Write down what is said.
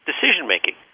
decision-making